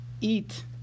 eat